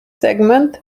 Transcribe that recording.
segment